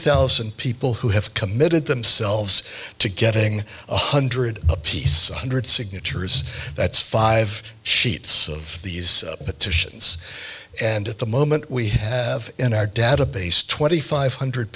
thousand people who have committed themselves to getting one hundred apiece one hundred signatures that's five sheets of these petitions and at the moment we have in our database twenty five hundred